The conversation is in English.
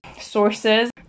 sources